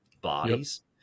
bodies